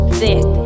thick